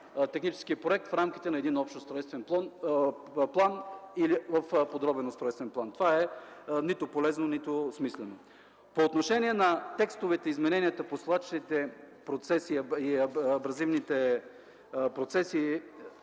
технически проект в рамките на един общ устройствен план или в подробен устройствен план? Това не е нито полезно, нито смислено. По отношение на текстовете и измененията по свлачищните и абразивните процеси